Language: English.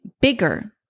bigger